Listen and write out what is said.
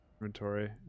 inventory